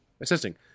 assisting